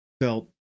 felt